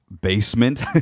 basement